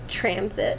Transit